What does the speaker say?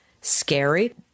scary